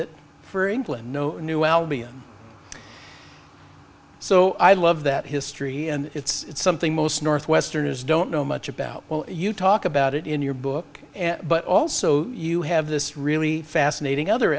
it for england no new albion so i love that history and it's something most northwesterners don't know much about well you talk about it in your book but also you have this really fascinating other